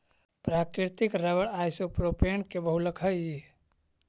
प्राकृतिक rubber isopropene के बहुलक हई